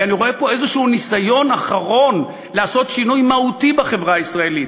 כי אני רואה פה איזשהו ניסיון אחרון לעשות שינוי מהותי בחברה הישראלית.